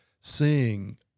seeing